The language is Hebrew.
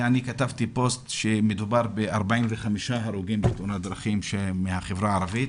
כתבתי פוסט שמדובר ב-45 הרוגים בתאונות דרכים מהחברה הערבית.